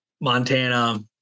Montana